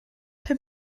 pum